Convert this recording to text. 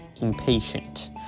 impatient